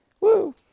Woo